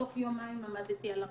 תוך יומיים עמדתי על הרגליים.